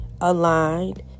aligned